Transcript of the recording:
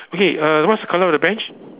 okay uh what's the colour of the bench